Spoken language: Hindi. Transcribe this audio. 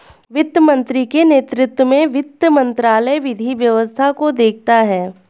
वित्त मंत्री के नेतृत्व में वित्त मंत्रालय विधि व्यवस्था को देखता है